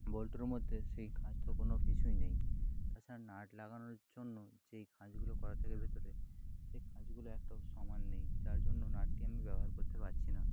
বল্টুর মধ্যে সেই খাঁজ তো কোনও কিছুই নেই তাছাড়া নাট লাগানোর জন্য যেই খাঁজগুলো করা থাকে ভেতরে সেই খাঁজগুলো একটাও সমান নেই যার জন্য নাটটি আমি ব্যবহার করতে পারছি না